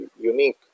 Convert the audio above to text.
unique